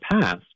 past